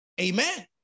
Amen